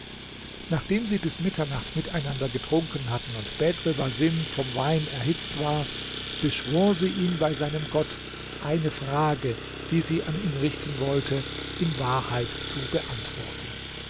nachdem sie bis mitternacht miteinander getrunken hatten und bedr basim von wein erhitzt war beschwor sie ihn bei seinem gott eine frage die sie an ihn richten wollte in wahrheit zu beantworten